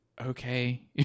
okay